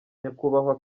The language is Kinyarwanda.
nyakubahwa